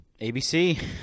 ABC